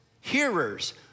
hearers